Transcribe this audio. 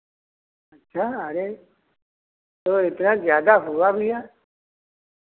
क्या अरे तो इतना ज़्यादा हुआ भैया